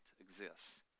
exists